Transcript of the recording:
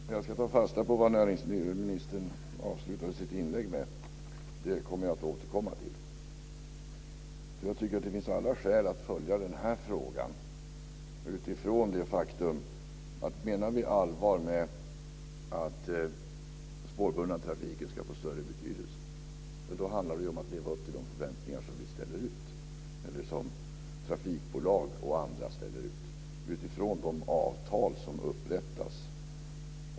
Fru talman! Jag ska ta fasta på vad näringsministern avslutade sitt inlägg med. Det kommer jag att återkomma till. Jag tycker att det finns alla skäl att följa den här frågan. Menar vi allvar med att den spårbundna trafiken ska få större betydelse handlar det ju om att leva upp till förväntningar som trafikbolag och andra ställer ut, utifrån de avtal som upprättas.